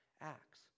acts